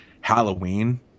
Halloween